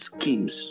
schemes